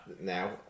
Now